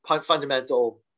fundamental